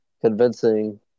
convincing